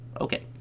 Okay